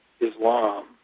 Islam